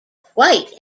quite